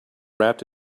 wrapped